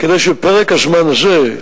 כדי שבפרק הזמן הזה,